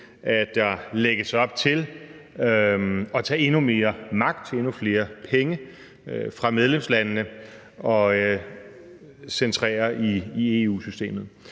at der lægges op til at tage endnu mere magt, endnu flere penge fra medlemslandene og centrere det i EU-systemet.